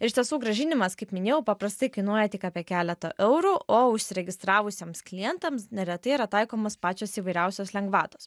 iš tiesų grąžinimas kaip minėjau paprastai kainuoja tik apie keletą eurų o užsiregistravusiems klientams neretai yra taikomos pačios įvairiausios lengvatos